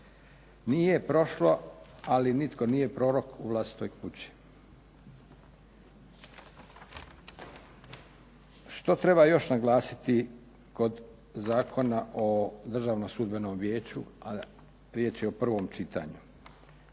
Nije prošlo, ali nitko nije prorok u vlastitoj kući. Što treba još naglasiti kod Zakona o Državnom sudbenom vijeću, riječ je o prvom čitanju.